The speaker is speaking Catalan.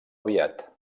aviat